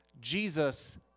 Jesus